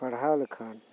ᱯᱟᱲᱦᱟᱣ ᱞᱮᱠᱷᱟᱱ